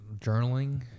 journaling